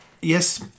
Yes